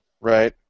right